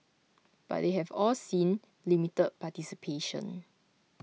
but they have all seen limited participation